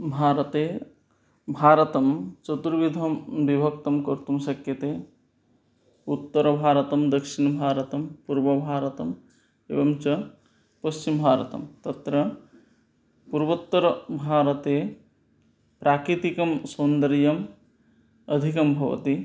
भारते भारतं चतुर्विधं विभक्तं कर्तुं शक्यते उत्तरभारतं दक्षिणभारतं पूर्वभारतम् एवं च पश्चिमभारतं तत्र पूर्वोत्तरभारते प्राकृतिकसौन्दर्यम् अधिकं भवति